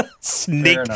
Snake